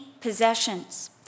possessions